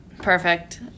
perfect